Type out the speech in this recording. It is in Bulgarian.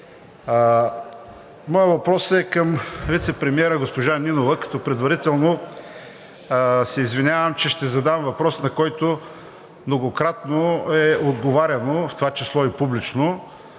Моят въпрос е към вицепремиера – госпожа Нинова, като предварително се извинявам, че ще задам въпрос, на който многократно е отговаряно, в това число и публично.